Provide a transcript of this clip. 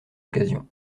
occasions